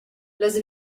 las